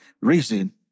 reason